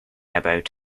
about